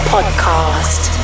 Podcast